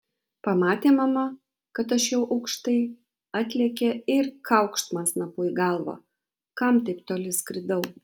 pamatė mama kad aš jau aukštai atlėkė ir kaukšt man snapu į galvą kam taip toli skridau